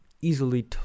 Easily